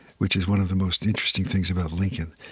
which is one of the most interesting things about lincoln,